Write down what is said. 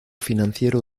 financiero